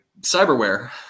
cyberware